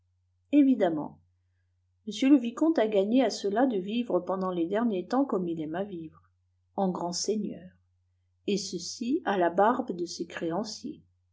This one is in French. évidemment m le vicomte a gagné à cela de vivre pendant les derniers temps comme il aime à vivre en grand seigneur et ceci à la barbe de ses créanciers